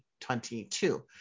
2022